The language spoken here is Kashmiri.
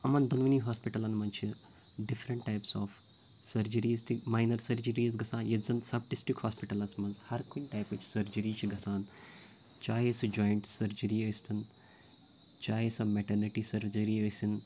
یِمَن دۄنوٕنی ہوسپِٹَلَن منٛز چھِ ڈِفرنٛٹ ٹایِپٕس آف سٕرجِریٖز تہِ مایِنَر سرجریٖز گژھان ییٚتہِ زَن سَب ڈِسٹِک ہوسپِٹَلَس منٛز ہَر کُنہِ ٹایِپٕچ سرجِری چھِ گَژھان چاہے سۄ جویِنٛٹ سرجِری ٲسۍتَن چاہے سۄ میٹَرنٹی سرجِری ٲسِن